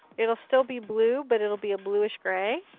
it will still be blue but it will be a blueish gray.